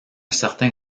certain